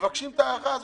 ומבקשים את הארכה הזאת.